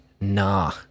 nah